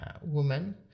woman